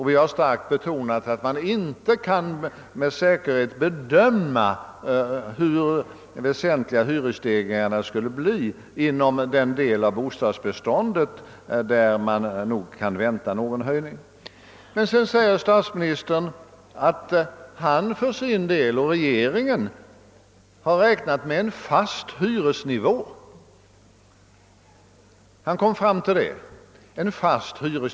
Vi har starkt betonat att man inte med säkerhet kan bedöma hur stora hyresstegringarna skulle bli inom den del av bostadsbeståndet där en höjning kan väntas. Statsministern sade vidare att han för sin del, liksom regeringen, räknat med en fast hyresnivå.